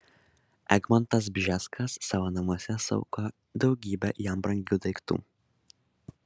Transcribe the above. egmontas bžeskas savo namuose saugo daugybę jam brangių daiktų